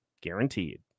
guaranteed